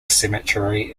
cemetery